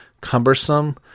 cumbersome